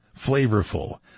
flavorful